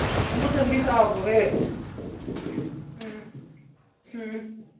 ꯑꯃꯇꯪꯗꯤ ꯇꯥꯒꯣꯍꯦ ꯎꯝ ꯎꯝ